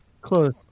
close